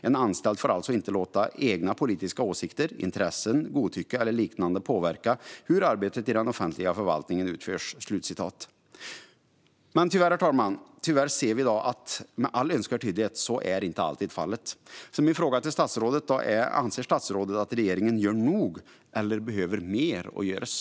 En anställd får alltså inte låta egna politiska åsikter, intressen, godtycke eller liknande påverka hur arbetet i den offentliga förvaltningen utförs." Tyvärr, herr talman, ser vi med all önskvärd tydlighet att så inte alltid är fallet i dag. Anser statsrådet att regeringen gör nog, eller behöver mer göras?